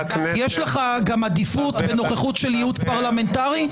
יש לך גם עדיפות בנוכחות של ייעוץ פרלמנטרי?